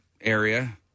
area